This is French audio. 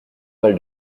mal